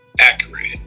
accurate